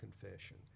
confession